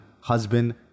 husband